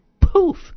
poof